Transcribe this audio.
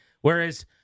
Whereas